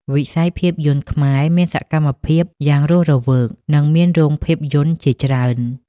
វិស័យភាពយន្តខ្មែរមានសកម្មភាពយ៉ាងរស់រវើក និងមានរោងភាពយន្តជាច្រើន។